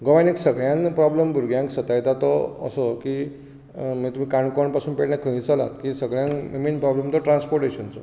गोंयांत एक सगळ्यांक प्रोब्लेम भुरग्यांक सतायता तो मागीर तुमी काणकोण पासून पळयल्यार सगळ्यांत मेन प्रोब्लेम हो ट्रान्सपोर्टेशनाचो